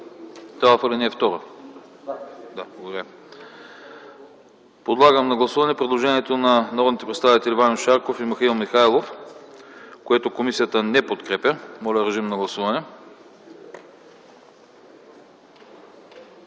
Това е в ал. 2? Добре, благодаря. Подлагам на гласуване предложението на народните представители Ваньо Шарков и Михаил Михайлов, което комисията не подкрепя. Моля, гласувайте.